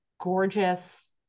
gorgeous